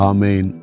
Amen